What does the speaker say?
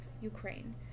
Ukraine